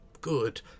good